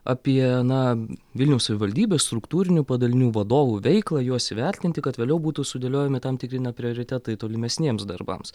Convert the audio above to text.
apie na vilniaus savivaldybės struktūrinių padalinių vadovų veiklą juos įvertinti kad vėliau būtų sudėliojami tam tikri prioritetai tolimesniems darbams